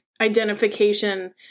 identification